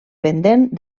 pendent